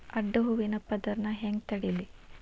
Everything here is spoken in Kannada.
ಅಡ್ಡ ಹೂವಿನ ಪದರ್ ನಾ ಹೆಂಗ್ ತಡಿಲಿ?